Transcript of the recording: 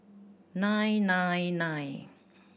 nine nine nine